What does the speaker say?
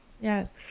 Yes